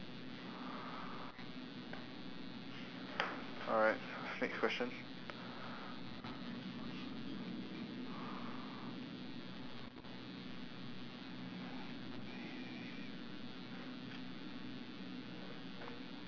alright next question